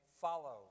follow